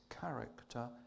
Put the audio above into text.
character